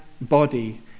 body